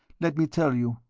let me tell you.